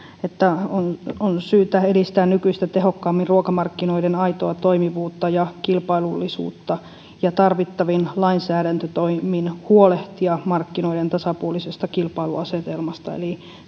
on on syytä edistää nykyistä tehokkaammin ruokamarkkinoiden aitoa toimivuutta ja kilpailullisuutta ja tarvittavin lainsäädäntötoimin huolehtia markkinoiden tasapuolisesta kilpailuasetelmasta eli